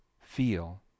feel